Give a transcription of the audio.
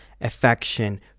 affection